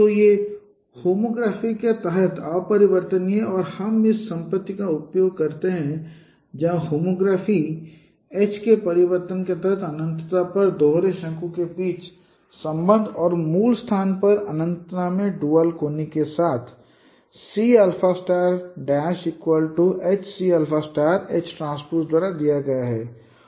तो यह होमोग्राफी के तहत अपरिवर्तनीय है और हम इस संपत्ति का उपयोग करते हैं जहां होमोग्राफी H के परिवर्तन के तहत अनन्तता पर दोहरे शंकु के बीच संबंध और मूल स्थान पर अनन्तता में ड्यूल कोनिक के साथ C H C HT द्वारा दिया गया है